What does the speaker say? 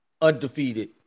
undefeated